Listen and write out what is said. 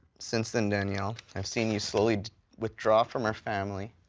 since then, danielle, i've seen you slowly withdraw from our family.